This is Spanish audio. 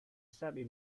sabe